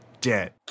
dead